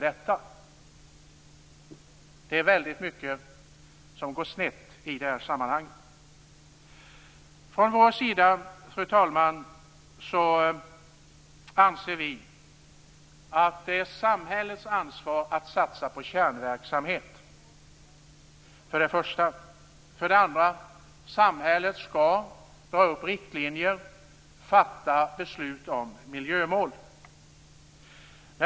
Det är väldigt mycket som går snett i det här sammanhanget. Fru talman! Från Moderaternas sida anser vi för det första att det är samhällets ansvar att satsa på kärnverksamhet. För det andra skall samhället dra upp riktlinjer och fatta beslut om miljömålen.